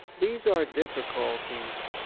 these are difficulties,